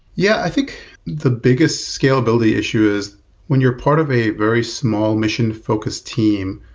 yeah. i think the biggest scalability issue is when you're part of a very small mission focused team,